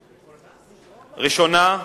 ראשונה,